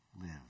live